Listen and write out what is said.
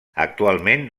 actualment